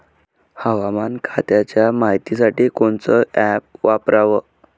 हवामान खात्याच्या मायतीसाठी कोनचं ॲप वापराव?